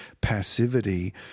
passivity